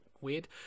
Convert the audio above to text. weird